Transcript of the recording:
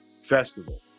Festival